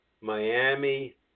Miami